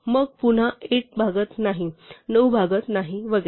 मग पुन्हा 8 भागत नाही नऊ भागत नाही वगैरे